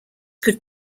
could